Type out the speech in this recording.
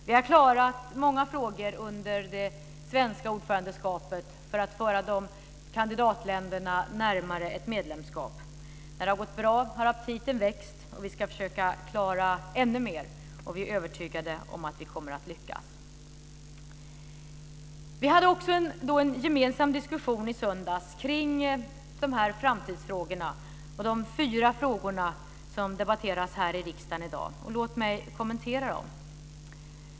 Vi har klarat många frågor under det svenska ordförandeskapet för att föra kandidatländerna närmare ett medlemskap. När det har gått bra har aptiten vuxit. Vi ska försöka klara ännu mer, och vi är övertygade om att vi kommer att lyckas. Vi hade också en gemensam diskussion i söndags kring dessa framtidsfrågor och de fyra frågor som debatteras här i riksdagen i dag. Låt mig kommentera dem.